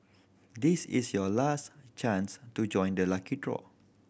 this is your last chance to join the lucky draw